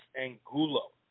Angulo